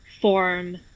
form